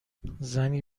زنی